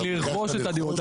לרכוש את הדירות.